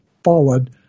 Forward